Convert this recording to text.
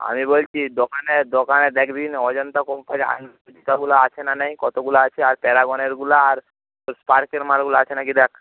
আমি বলছি দোকানে দোকানে দেখবি অজন্তা কোম্পানির জুতোগুলো আছে না নেই কতগুলো আছে আর প্যারাগনেরগুলো আর স্পার্কের মালগুলো আছে নাকি দেখ